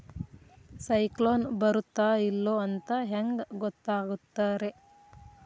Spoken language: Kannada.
ಸೈಕ್ಲೋನ ಬರುತ್ತ ಇಲ್ಲೋ ಅಂತ ಹೆಂಗ್ ಗೊತ್ತಾಗುತ್ತ ರೇ?